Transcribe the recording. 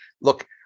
look